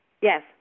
Yes